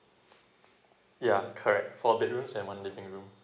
yeah correct four bedrooms and one living room